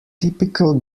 typical